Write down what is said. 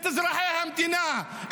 את אזרחי המדינה,